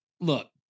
Look